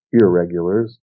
irregulars